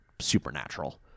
supernatural